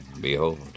behold